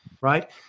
Right